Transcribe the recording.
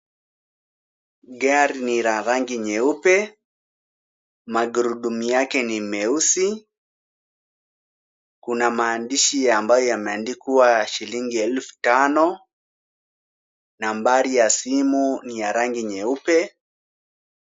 Gari ni la rangi nyeupe, magurudumu yake ni meusi, kuna maandishi ambayo yameandikwa shilingi elfu tano. Nambari ya simu ni ya rangi nyeupe.